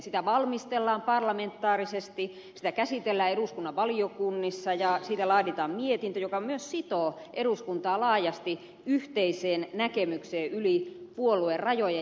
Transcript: sitä valmistellaan parlamentaarisesti sitä käsitellään eduskunnan valiokunnissa ja siitä laaditaan mietintö joka myös sitoo eduskuntaa laajasti yhteiseen näkemykseen yli puoluerajojen